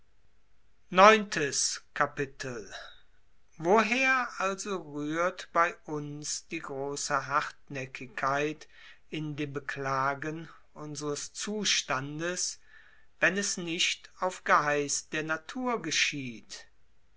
woher also rührt bei uns die große hartnäckigkeit in dem beklagen unsres zustandes wenn es nicht auf geheiß der natur geschieht